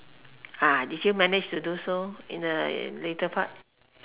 ah did you manage to do so in a later part